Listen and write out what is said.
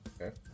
Okay